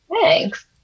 Thanks